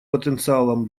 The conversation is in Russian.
потенциалом